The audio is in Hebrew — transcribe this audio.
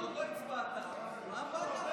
למה?